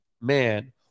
man